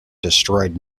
destroyed